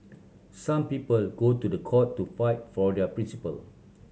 some people go to the court to fight for their principle